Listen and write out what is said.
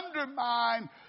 undermine